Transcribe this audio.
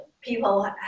people